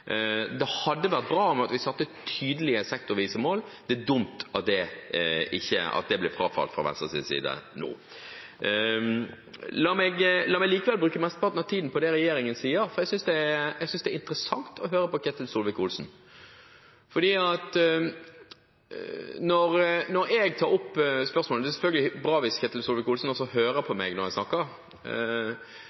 Det hadde vært bra om vi satte tydelige sektorvise mål, og det er dumt at det ble frafalt fra Venstres side nå. La meg likevel bruke mesteparten av tiden på det regjeringen sier, for jeg synes det er interessant å høre på Ketil Solvik-Olsen. Det er selvfølgelig bra hvis Ketil Solvik-Olsen også hører på meg når jeg snakker – jeg skal snakke for referatet, siden Ketil Solvik-Olsen ikke hører på. La meg